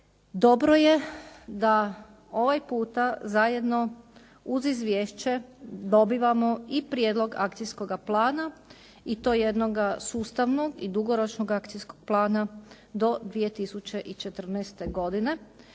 Dobro je da ovaj puta zajedno uz izvješće dobivamo i prijedlog akcijskoga plana i to jednoga sustavnog i dugoročnog akcijskog plana do 2014. godine